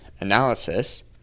analysis